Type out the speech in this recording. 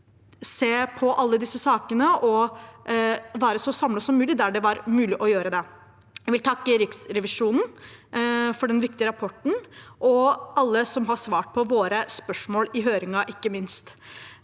se på alle disse sakene og være så samlet som mulig der det var mulig å være det. Jeg vil takke Riksrevisjonen for den viktige rapporten, og ikke minst alle som har svart på våre spørsmål under høringen. Neste